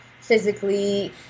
physically